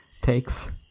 takes